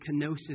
kenosis